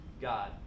God